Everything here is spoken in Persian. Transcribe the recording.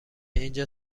اینجا